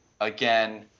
again